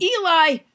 Eli